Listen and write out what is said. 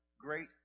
great